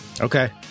okay